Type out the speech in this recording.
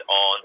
on